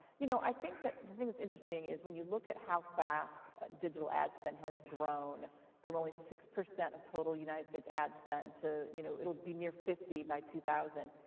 you know, i think that what's interesting is when you look at how fast digital ad spin has grown from only six percent of total united states ad spend to, you know, it will be near fifty percent by two thousand,